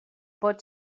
pot